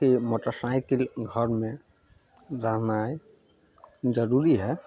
कि motor cycle घरमे रहनाइ जरूरी हइ